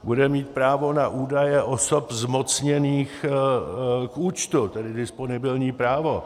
Bude mít právo na údaje osob zmocněných k účtu, tedy disponibilní právo.